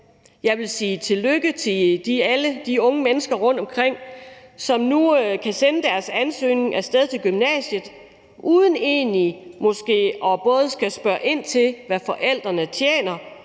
Jeg vil sige tillykke til alle de unge mennesker rundtomkring, som nu kan sende deres ansøgning af sted til gymnasiet uden måske både at skulle spørge ind til, hvad forældrene tjener,